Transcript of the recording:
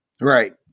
right